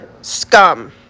scum